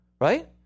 right